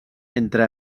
entre